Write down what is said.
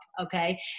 okay